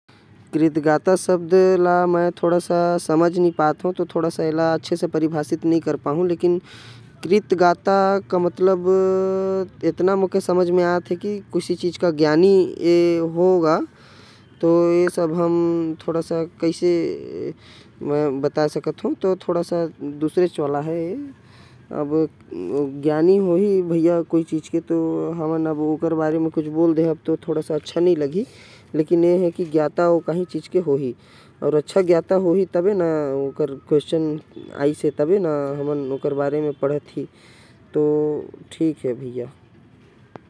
कर्तग्यता शब्द ला हमन आभार या उपकार मानथे। हमर देहात में अहसान भी कथे आज के समय में कोनऊ। एला नही माने ना दूसर ऊपर करथे पर दिखये। सुनाये बर कथे बताथे के हमन बहुत सम्मान करथी। बढ़े बूढ़े छोटा बड़ा कर मगर पढ़ल लिखल आदमी शहर बाँट के लोग ऐ। के बड़ा अच्छा मानथे अउ कथे एके करे से अउ अच्छा हो ही।